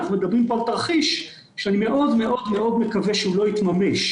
אנחנו מדברים פה על תרחיש שאני מאוד מאוד מאוד מקווה שהוא לא יתממש.